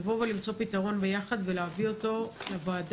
לבוא ולמצוא פתרון ביחד, ולהביא אותו לוועדה.